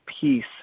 peace